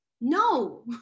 No